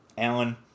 Alan